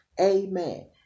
amen